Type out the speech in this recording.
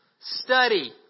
Study